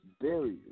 barrier